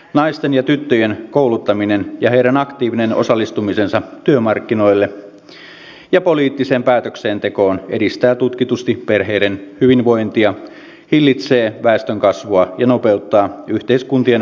naisten ja tyttöjen kouluttaminen ja heidän aktiivinen osallistumisensa työmarkkinoille ja poliittiseen päätöksentekoon edistää tutkitusti perheiden hyvinvointia hillitsee väestönkasvua ja nopeuttaa yhteiskuntien vaurastumista